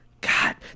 god